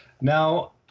Now